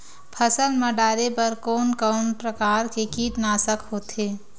फसल मा डारेबर कोन कौन प्रकार के कीटनाशक होथे?